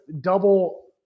double